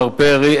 מר פרי,